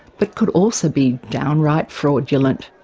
but could also be downright fraudulent.